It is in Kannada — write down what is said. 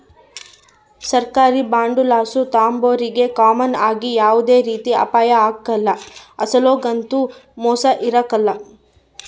ಸರ್ಕಾರಿ ಬಾಂಡುಲಾಸು ತಾಂಬೋರಿಗೆ ಕಾಮನ್ ಆಗಿ ಯಾವ್ದೇ ರೀತಿ ಅಪಾಯ ಆಗ್ಕಲ್ಲ, ಅಸಲೊಗಂತೂ ಮೋಸ ಇರಕಲ್ಲ